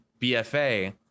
BFA